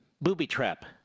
booby-trap